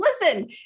listen